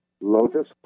Lotus